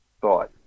thought